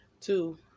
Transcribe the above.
two